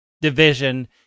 Division